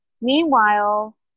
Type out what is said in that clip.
Meanwhile